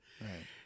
Right